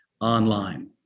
online